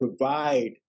provide